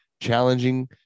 challenging